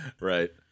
Right